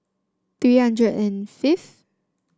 three hundred and fifth